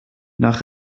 nach